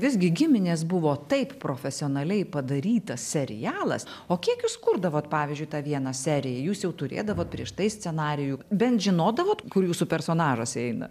visgi giminės buvo taip profesionaliai padarytas serialas o kiek jūs kurdavot pavyzdžiui tą vieną seriją jūs jau turėdavot prieš tai scenarijų bent žinodavot kur jūsų personažas eina